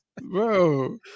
Bro